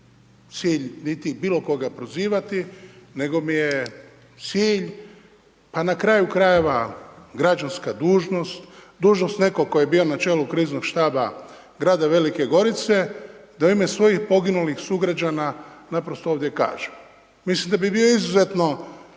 cilj niti bilo koga prozivati, nego mi je cilj pa na kraju krajeva građanska dužnost, dužnost nekog tko je bio na čelu Kriznog štaba Grada Velike Gorice da u ime svojih poginulih sugrađana naprosto ovdje kažem. Mislim da bi bio izuzetno